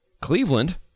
Cleveland